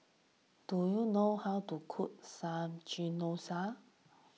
do you know how to cook Samgeyopsal